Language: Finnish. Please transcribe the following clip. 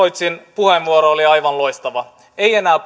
puheenvuoro oli aivan loistava ei enää